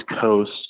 Coast